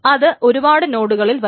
അത് ഒരുപാട് നോടുകളിൽ വരാം